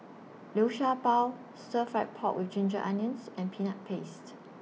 Liu Sha Bao Stir Fry Pork with Ginger Onions and Peanut Paste